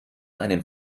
einen